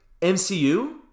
MCU